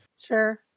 Sure